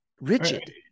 rigid